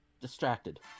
distracted